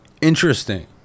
Interesting